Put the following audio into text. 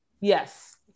Yes